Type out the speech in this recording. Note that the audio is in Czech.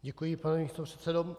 Děkuji, pane místopředsedo.